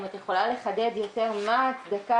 אם את יכולה לחדד יותר מה ההצדקה